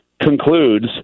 concludes